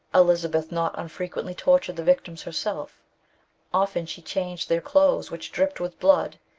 elizabeth not unfrequently tortured the victims herself often she changed their clothes which dripped with blood,